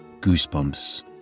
goosebumps